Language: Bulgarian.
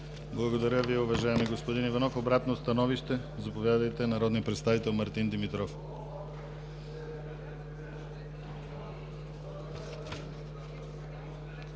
Благодаря Ви, уважаеми господин Иванов. Обратно становище? Заповядайте. Народният представител господин Димитров.